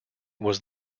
was